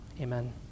Amen